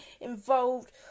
involved